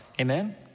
Amen